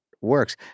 works